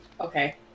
Okay